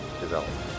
development